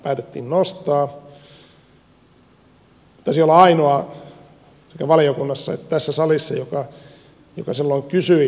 taisin olla ainoa valiokunnassa ja tässä salissa joka silloin kysyi sen riskin perään